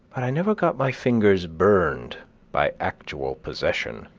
but i never got my fingers burned by actual possession.